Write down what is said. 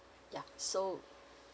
ya so